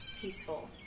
Peaceful